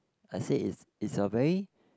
I said it's it's a very